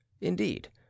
Indeed